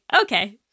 okay